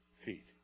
feet